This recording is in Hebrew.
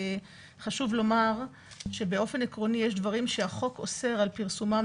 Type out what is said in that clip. חשוב לומר שבאופן עקרוני יש דברים שהחוק אוסר על פרסומם,